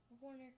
Warner